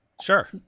sure